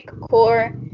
core